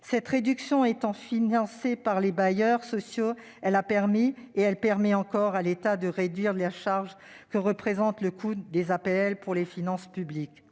Cette réduction étant financée par les bailleurs sociaux, elle a permis- et elle permet encore -à l'État de réduire la charge que représente le coût des APL pour les finances publiques.